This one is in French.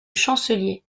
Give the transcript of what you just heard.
chancelier